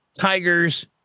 tigers